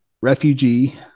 refugee